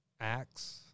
acts